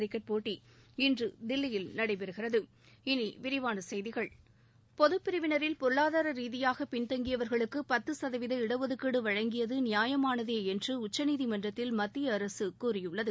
cricket போட்டி இன்று தில்லியில் நடைபெற உள்ளது இனி விரிவான செய்திகள் பொது பிரிவினரில் பொருளாதார ரீதியாக பின்தங்கியவர்களுக்கு பத்து சதவீத இடஒதுக்கீடு வழங்கியது நியாயமானதே என்று உச்சநீதிமன்றத்தில் மத்திய அரசு கூறியுள்ளது